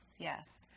yes